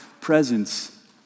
presence